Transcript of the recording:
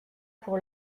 pour